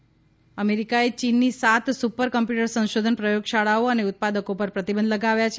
US China અમેરિકાએ ચીનની સાત સુપર કમ્પ્યુટર સંશોધન પ્રયોગશાળાઓ અને ઉત્પાદકો પર પ્રતિબંધ લગાવ્યા છે